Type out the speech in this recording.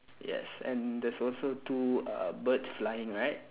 yes and there's also two uh birds flying right